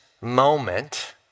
moment